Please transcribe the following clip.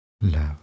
love